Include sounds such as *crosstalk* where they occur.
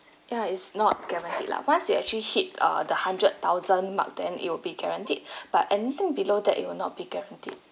ya is not guaranteed lah once you actually hit uh the hundred thousand mark then it will be guaranteed *breath* but anything below that it will not be guaranteed